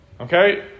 Okay